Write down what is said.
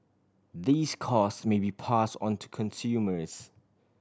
these cost may be pass on to consumers